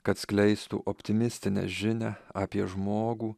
kad skleistų optimistinę žinią apie žmogų